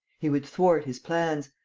he would thwart his plans.